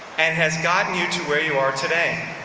and has gotten you to where you are today.